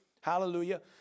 hallelujah